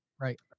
Right